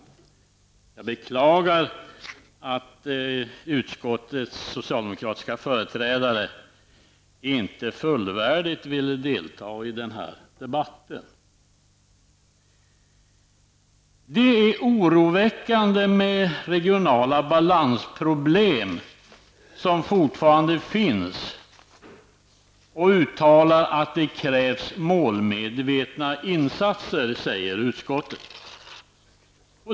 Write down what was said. Jag beklagar att utskottets socialdemokratiska företrädare inte fullvärdigt vill delta i denna debatt. Det är oroväckande med de regionala balansproblem som fortfarande finns, och det krävs målmedvetna insatser, säger utskottet.